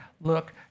Look